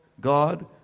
God